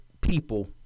people